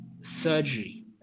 surgery